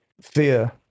fear